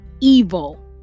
evil